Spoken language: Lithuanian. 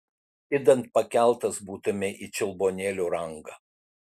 idant pakeltas būtumei į čiulbuonėlių rangą